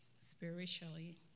spiritually